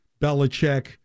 Belichick